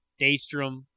Daystrom